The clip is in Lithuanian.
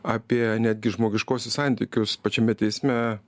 apie netgi žmogiškuosius santykius pačiame teisme